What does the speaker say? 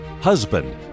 husband